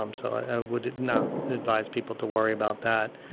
um so i would not advise people to worry about that.